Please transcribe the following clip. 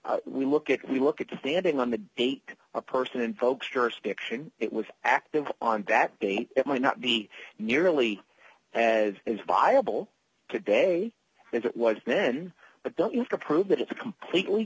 value we look at we look at the standing on the date a person invokes jurisdiction it was active on that day it might not be nearly as is viable today if it was then but don't you have to prove that it's a completely